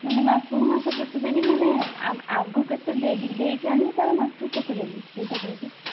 ମାନେ ମାସକୁ ମାସ କେତେ ଦେବି ମାନେ ଆଗ କେତେ ଦେଇକି ଆଣିବି ତା'ପରେ ମାସକୁ କେତେ ଦେବି ସେଇଟା କହିବେ